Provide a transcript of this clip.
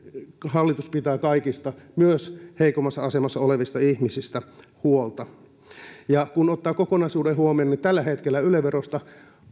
hallitus pitää kaikista myös heikoimmassa asemassa olevista ihmisistä huolta kun ottaa kokonaisuuden huomioon niin tällä hetkellä yle verosta